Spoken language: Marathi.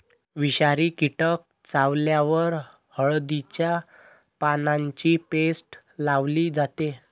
विषारी कीटक चावल्यावर हळदीच्या पानांची पेस्ट लावली जाते